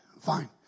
Fine